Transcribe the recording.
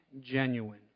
genuine